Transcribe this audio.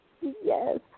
Yes